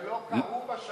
הם לא קרו בשנים